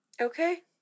Okay